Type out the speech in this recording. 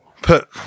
Put